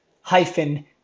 hyphen